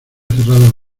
cerrado